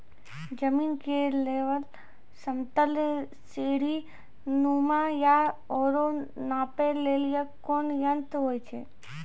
जमीन के लेवल समतल सीढी नुमा या औरो नापै लेली कोन यंत्र होय छै?